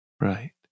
Right